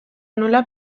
nola